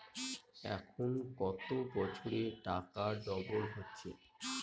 এখন কত বছরে টাকা ডবল হচ্ছে?